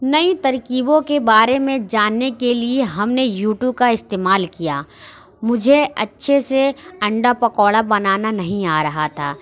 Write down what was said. نئی ترکیبوں کے بارے میں جاننے کے لیے ہم نے یوٹو کا استعمال کیا مجھے اچھے سے انڈا پکوڑا بنانا نہیں آ رہا تھا